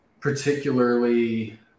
particularly